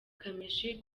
kamichi